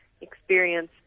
experience